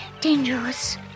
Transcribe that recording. dangerous